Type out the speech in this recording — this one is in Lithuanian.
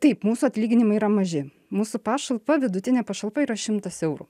taip mūsų atlyginimai yra maži mūsų pašalpa vidutinė pašalpa yra šimtas eurų